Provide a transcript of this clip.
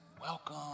welcome